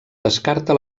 descarta